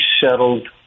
settled